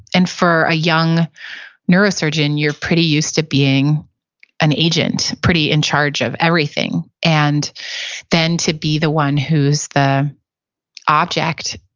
and for a young neurosurgeon, you're pretty used to being an agent pretty in charge of everything. and then, to be the one who's the object